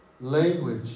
language